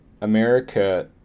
america